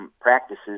practices